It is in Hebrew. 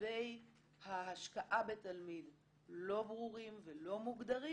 רכיבי ההשקעה בתלמיד לא ברורים ולא מוגדרים,